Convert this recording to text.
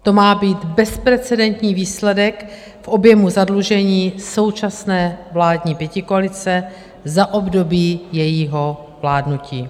To má být bezprecedentní výsledek objemu zadlužení současné vládní pětikoalice za období jejího vládnutí.